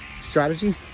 strategy